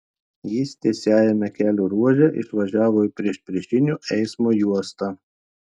jis tiesiajame kelio ruože išvažiavo į priešpriešinio eismo juostą